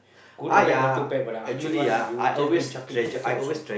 good and bad not too bad but the ugly one you just go and chuck him chuck it aside